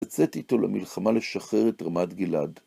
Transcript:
לצאת איתו למלחמה לשחרר את רמת גלעד.